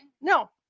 No